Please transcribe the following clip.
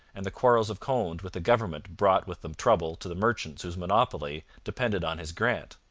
and the quarrels of conde with the government brought with them trouble to the merchants whose monopoly depended on his grant.